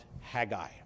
Haggai